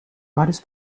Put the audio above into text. vários